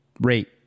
Rate